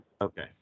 Okay